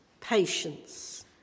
patience